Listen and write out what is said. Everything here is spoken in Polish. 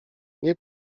nie